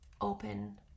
open